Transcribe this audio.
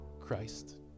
Christ